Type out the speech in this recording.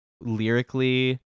lyrically